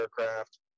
aircraft